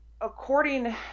according